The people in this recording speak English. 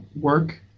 work